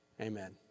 Amen